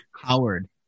Howard